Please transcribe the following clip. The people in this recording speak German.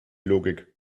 logik